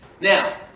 Now